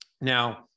Now